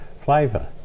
flavour